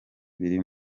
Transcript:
biri